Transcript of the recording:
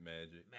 Magic